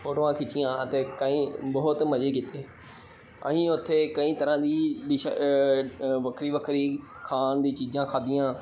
ਫੋਟੋਆਂ ਖਿੱਚੀਆਂ ਅਤੇ ਕਈ ਬਹੁਤ ਮਜ਼ੇ ਕੀਤੇ ਅਸੀਂ ਉੱਥੇ ਕਈ ਤਰ੍ਹਾਂ ਦੀ ਡਿਸ਼ ਵੱਖਰੀ ਵੱਖਰੀ ਖਾਣ ਦੀ ਚੀਜ਼ਾਂ ਖਾਦੀਆਂ